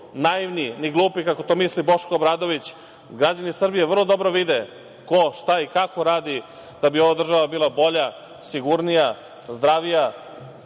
naivni ni glupi kako to misli Boško Obradović. Građani Srbije vrlo dobro vide ko, šta i kako radi da bi ova država bila bolja, sigurnija, zdravija.